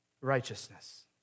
righteousness